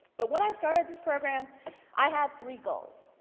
but when i started this program i had three goals.